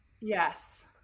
yes